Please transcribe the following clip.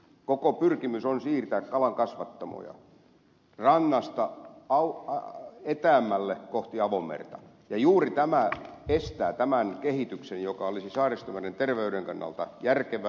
koko pyrkimys on siirtää kalankasvattamoja rannasta etäämmälle kohti avomerta ja juuri tämä estää tämän kehityksen joka olisi saaristomeren terveyden kannalta järkevää